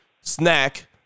snack